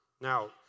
Now